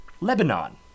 Lebanon